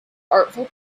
artful